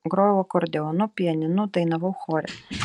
grojau akordeonu pianinu dainavau chore